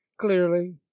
clearly